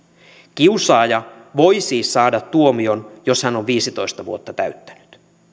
kiusaaja voi siis saada tuomion jos hän on viisitoista vuotta täyttänyt